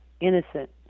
innocent